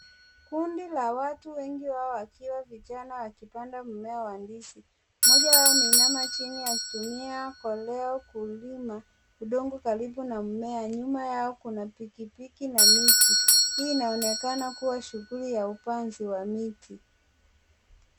KUndi la watu wengi wao wakiwa vijana wakipanda mmea wa ndizi. Mmoja wao ameinama chini akitumia kolea ulio na udongo karibiu na mmea. Nyuma yao kuna miti na pikipiki, hii inaokana kuwa shughuli ya upanzi wa miti.